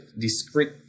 discrete